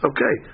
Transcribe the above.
Okay